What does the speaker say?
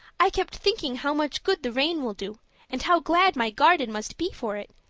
i kept thinking how much good the rain will do and how glad my garden must be for it,